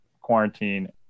quarantine